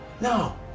No